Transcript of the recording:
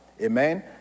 amen